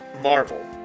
Marvel